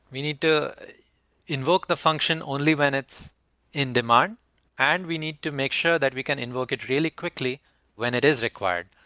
we need to invoke the function only when it's in demand and we need to make sure that we can invoke it really quickly when it is required.